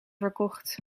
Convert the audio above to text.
verkocht